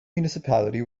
municipality